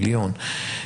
מיליון,